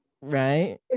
right